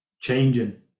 changing